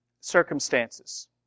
circumstances